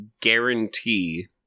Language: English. guarantee